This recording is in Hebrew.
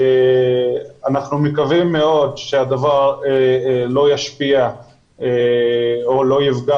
אנחנו מקווים מאוד שהדבר לא ישפיע או לא יפגע